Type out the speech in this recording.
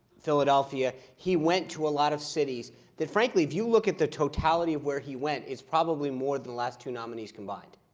philadelphia he went to a lot of cities that, frankly, if you look at the totality of where he went, it's probably more than the last two nominees combined.